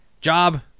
Job